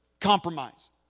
compromise